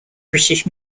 british